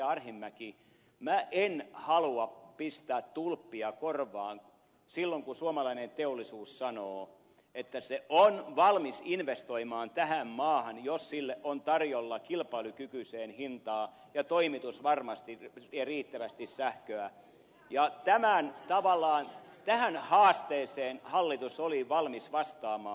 arhinmäki minä en halua pistää tulppia korvaan silloin kun suomalainen teollisuus sanoo että se on valmis investoimaan tähän maahan jos sille on tarjolla kilpailukykyiseen hintaan ja toimitusvarmasti ja riittävästi sähköä ja tähän haasteeseen hallitus oli valmis vastaamaan